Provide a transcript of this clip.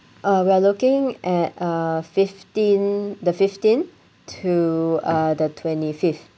uh we're looking at uh fifteen the fifteen to uh the twenty fifth